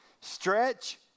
stretch